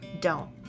Don't